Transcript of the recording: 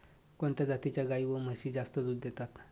कोणत्या जातीच्या गाई व म्हशी जास्त दूध देतात?